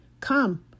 come